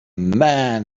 man